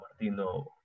Martino